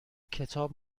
کتاب